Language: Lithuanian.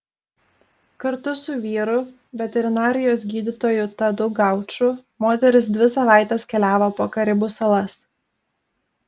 kartu su vyru veterinarijos gydytoju tadu gauču moteris dvi savaites keliavo po karibų salas